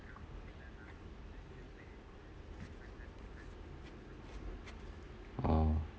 oh